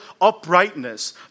uprightness